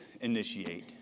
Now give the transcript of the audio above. initiate